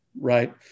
right